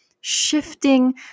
shifting